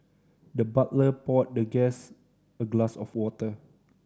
the butler poured the guest a glass of water